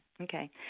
Okay